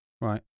Right